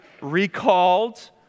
recalled